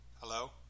Hello